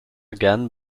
again